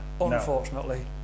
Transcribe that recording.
Unfortunately